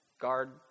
guard